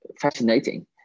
fascinating